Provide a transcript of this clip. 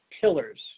pillars